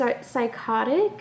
psychotic